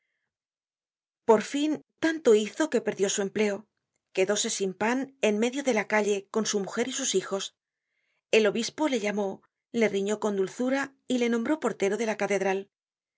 por fin tanto hizo que perdió su empleo quedóse sin pan en medio de la calle con su mujer y sus hijos el obispo le llamó le riñó con dulzura y le nombró portero de la catedral